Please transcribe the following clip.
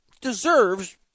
deserves